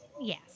Yes